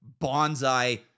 bonsai